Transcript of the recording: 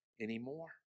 anymore